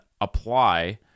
apply